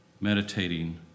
meditating